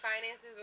finances